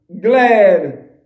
glad